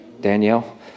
Danielle